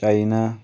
China